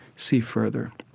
see further.